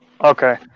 Okay